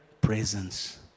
presence